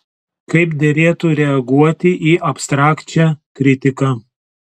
kaip derėtų reaguoti į abstrakčią kritiką